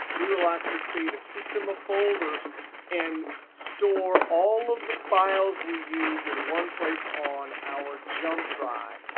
we will actually create a system of folders and store all of the files we use in one place on our jump drive.